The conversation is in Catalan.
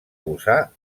gosar